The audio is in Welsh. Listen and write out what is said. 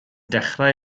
dechrau